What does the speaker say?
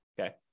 Okay